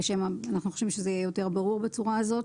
אנחנו חושבים שזה יהיה יותר ברור בצורה הזאת.